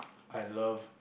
I love